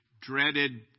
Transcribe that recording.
dreaded